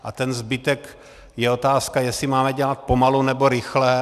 A ten zbytek je otázka, jestli máme dělat pomalu, nebo rychle.